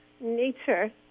nature